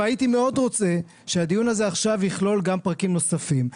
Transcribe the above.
הייתי מאוד רוצה שהדיון הזה יכלול עכשיו גם פרקים נוספים.